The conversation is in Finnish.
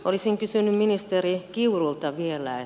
olisin kysynyt ministeri kiurulta vielä